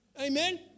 Amen